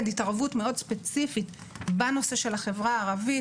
התערבות מאוד ספציפית בנושא של החברה הערבית,